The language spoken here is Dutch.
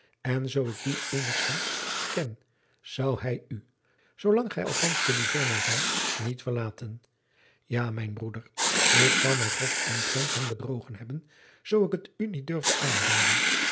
en zoo ik dien eenigzins ken zou hij u zoolang gij althans te livorno zijt niet verlaten ja mijn lieve broeder ik zou mij grof omtrent hem bedrogen hebben zoo ik het u niet durfde aanraden